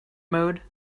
mode